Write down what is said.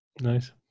Nice